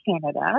Canada